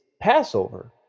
passover